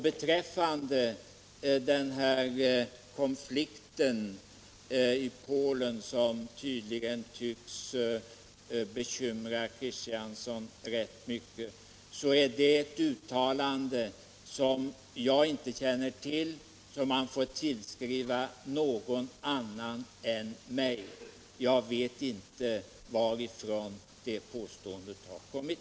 Beträffande konflikten i Polen, som tydligen bekymrar herr Kristiansson rätt mycket, är det ett uttalande som jag inte känner till och som man får tillskriva någon annan än mig. Jag vet inte varifrån påståendet har kommit.